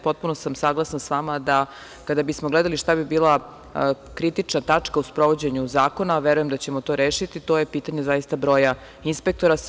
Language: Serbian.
Potpuno sam saglasna sa vama, kada bismo gledali šta bi bila kritična tačka u sprovođenju zakona, a vreujem da ćemo to rešiti, to je pitanje zaista broja inspektora.